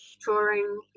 touring